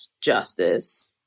justice